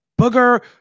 booger